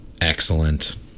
Excellent